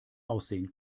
aussehen